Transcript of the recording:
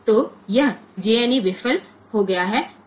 तो यह jne विफल हो गया है